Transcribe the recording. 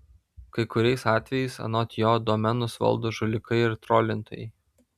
kai kuriais atvejais anot jo domenus valdo žulikai ir trolintojai